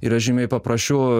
yra žymiai paprasčiau